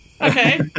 Okay